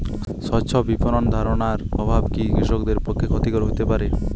স্বচ্ছ বিপণন ধারণার অভাব কি কৃষকদের পক্ষে ক্ষতিকর হতে পারে?